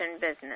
business